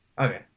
Okay